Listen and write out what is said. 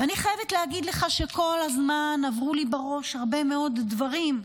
ואני חייבת להגיד לך שכל הזמן עברו לי בראש הרבה מאוד דברים,